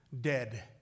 dead